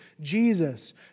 Jesus